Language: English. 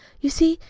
you see,